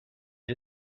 you